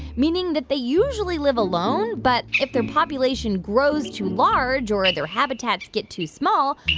meaning that they usually live alone. but if their population grows too large, or or their habitats get too small,